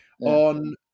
on